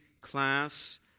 class